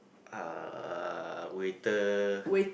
uh waiter